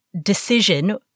decision